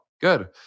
Good